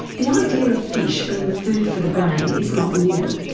the idea of fish being food for the brain is not new.